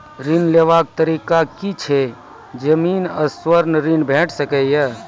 ऋण लेवाक तरीका की ऐछि? जमीन आ स्वर्ण ऋण भेट सकै ये?